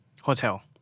Hotel